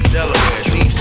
Delaware